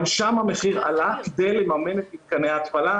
גם שם המחיר עלה כדי לממן את מתקני ההתפלה,